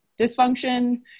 dysfunction